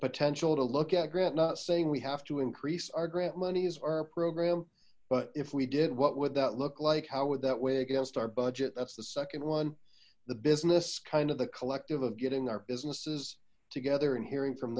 potential to look at grant not saying we have to increase our grant monies or our program but if we did what would that look like how would that weigh against our budget that's the second one the business kind of the collective of getting our businesses together and hearing from